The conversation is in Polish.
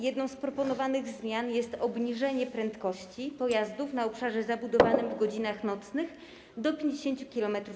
Jedną z proponowanych zmian jest obniżenie prędkości pojazdów na obszarze zabudowanym w godzinach nocnych do 50 km/h.